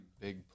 big